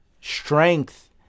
strength